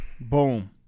Boom